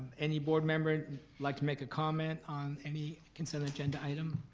any board member like to make a comment on any consent agenda item?